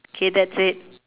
okay that's it